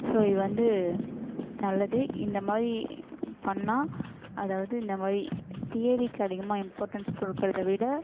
so இது வந்து நல்லது இந்த மாதிரி பண்ணிணா அதாவது இந்த மாதிரி தியரிக்கி அதிகமாக இம்பார்ட்டன்ஸ் கொடுக்கறத விட